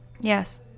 Yes